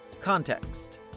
Context